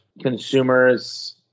consumers –